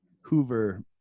Hoover